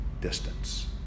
distance